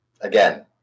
Again